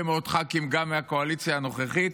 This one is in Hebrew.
מאוד חברי כנסת גם מהקואליציה הנוכחית,